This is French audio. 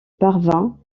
parvint